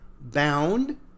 bound